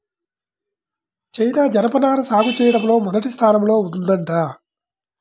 China జనపనార సాగు చెయ్యడంలో మొదటి స్థానంలో ఉందంట